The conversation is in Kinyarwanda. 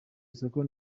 isoko